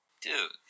Dude